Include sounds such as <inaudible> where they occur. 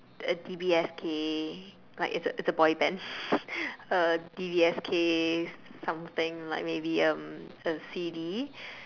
a D_B_S_K like it's a it's a boy band <laughs> a D_B_S_K something like maybe um a CD